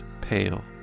pale